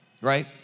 right